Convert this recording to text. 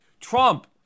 Trump